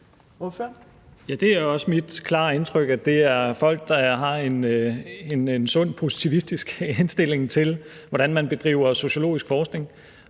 det er også mit klare indtryk, at det er folk, der har en sund, positivistisk indstilling til, hvordan man bedriver sociologisk forskning.